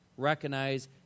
Recognize